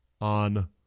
on